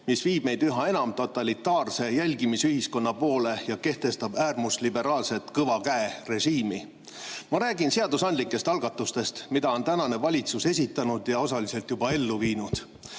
mis viib meid üha enam totalitaarse jälgimisühiskonna poole ja kehtestab äärmusliberaalset kõva käe režiimi. Ma räägin seadusandlikest algatustest, mida on tänane valitsus esitanud ja osaliselt juba ellu viinud.